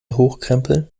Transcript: hochkrempeln